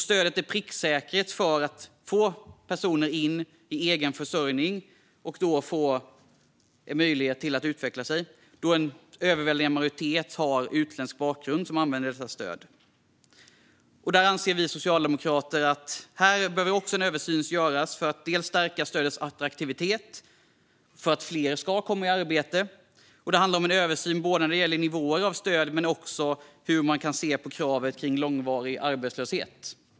Stödet är pricksäkert i fråga om att få personer in i egen försörjning och en möjlighet att utveckla sig eftersom en överväldigande majoritet av dem som får dessa stöd har utländsk bakgrund. Vi socialdemokrater anser att även här behöver en översyn göras för att bland annat stärka stödets attraktivitet så att fler kommer i arbete. Det handlar också om en översyn av nivåer av stöd och hur man kan se på kravet på långvarig arbetslöshet.